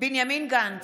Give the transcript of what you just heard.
בנימין גנץ,